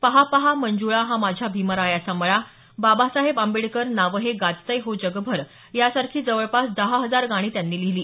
पाहा पाहा मंजुळा हा माझ्या भीमरायाचा मळा बाबासाहेब आंबेडकर नाव हे गाजतंय हो जगभर यासारखी जवळपास दहा हजार गाणी त्यांनी लिहिली